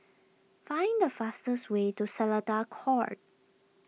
find the fastest way to Seletar Court